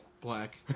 black